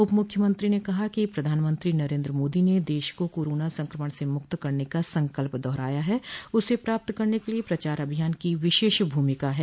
उपमुख्यमंत्री ने कहा कि प्रधानमंत्री नरेन्द्र मोदी ने देश को कोरोना संक्रमण से मुक्त करने का संकल्प दोहराया है उसे प्राप्त करने के लिये प्रचार अभियान की विशेष भूमिका है